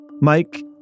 Mike